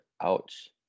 ouch